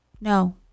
No